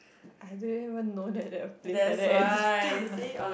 I don't even know that that place whether existed